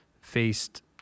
faced